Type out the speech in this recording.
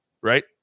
right